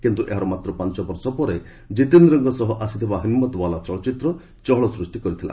କିନ୍ତୁ ଏହାର ମାତ୍ର ପାଞ୍ଚ ବର୍ଷ ପରେ ଜିତେନ୍ଦ୍ରଙ୍କ ସହ ଆସିଥିବା 'ହିମ୍ମତୱାଲା' ଚଳଚ୍ଚିତ୍ର ଚହଳ ସୃଷ୍ଟି କରିଥିଲା